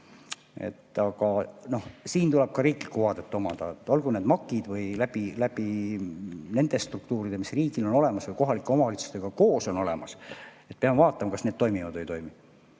Aga siin peab olema ka riiklik vaade. Olgu need MAK-id või need struktuurid, mis riigil on olemas või kohalike omavalitsustega koos on olemas – me peame vaatama, kas need toimivad või ei toimi.